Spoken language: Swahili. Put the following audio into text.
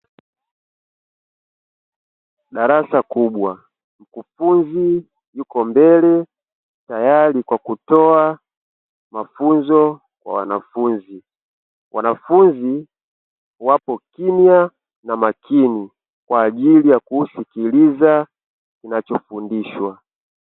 Darasa kubwa mkufunzi yuko mbele teyari kwa kutoa mafunzo kwa wanafunzi, wanafunzi wako kimya na makini kwa ajili ya kusikiliza kinachofundishwa.